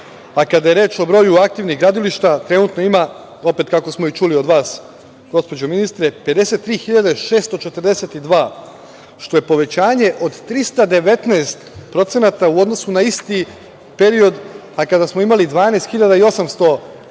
Kada je reč o broju aktivnih gradilišta trenutno ima, opet kako smo i čuli od vas, gospođo ministre, 53.642, što je povećanje od 319% u odnosu na isti period, a kada smo imali 12.800